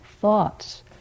Thoughts